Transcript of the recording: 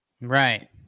Right